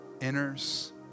enters